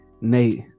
Nate